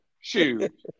shoot